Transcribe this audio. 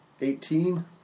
Eighteen